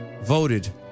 voted